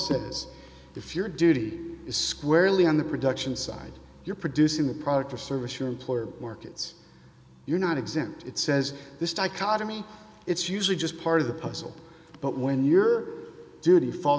's if your duty is squarely on the production side you're producing the product or service your employer markets you're not exempt it says this dichotomy it's usually just part of the puzzle but when your duty fall